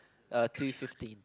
uh two fifteen